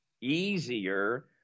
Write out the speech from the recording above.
easier